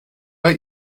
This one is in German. bei